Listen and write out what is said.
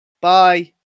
Bye